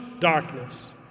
darkness